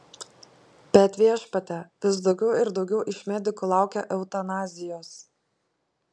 bet viešpatie vis daugiau ir daugiau iš medikų laukia eutanazijos